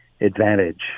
advantage